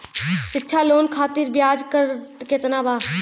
शिक्षा लोन खातिर ब्याज दर केतना बा?